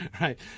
right